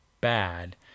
bad